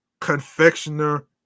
confectioner